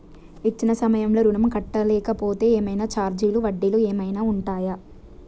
ఇచ్చిన సమయంలో ఋణం కట్టలేకపోతే ఏమైనా ఛార్జీలు వడ్డీలు ఏమైనా ఉంటయా?